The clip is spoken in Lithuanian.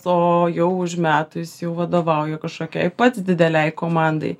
o jau už metų jis jau vadovauja kažkokiai pats didelei komandai